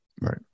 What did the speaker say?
right